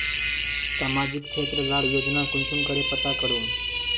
सामाजिक क्षेत्र लार योजना कुंसम करे पता करूम?